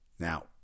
Now